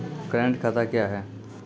Current खाता क्या हैं?